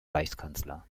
reichskanzler